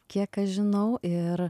kiek aš žinau ir